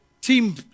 team